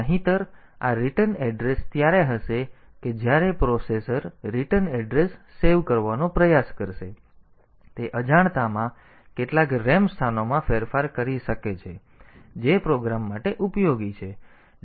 નહિંતર આ return address ત્યારે હશે કે જ્યારે પ્રોસેસર રીટર્ન એડ્રેસ સેવ કરવાનો પ્રયાસ કરશે તે અજાણતામાં કેટલાક RAM સ્થાનોમાં ફેરફાર કરી શકે છે જે પ્રોગ્રામ માટે ઉપયોગી છે